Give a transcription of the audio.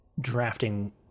drafting